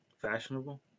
Fashionable